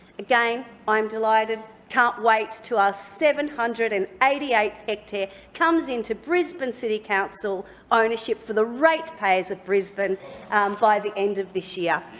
again, i am delighted can't wait until our seven hundred and eighty eight hectare comes into brisbane city council ownership for the ratepayers of brisbane by the end of this year.